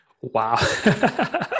wow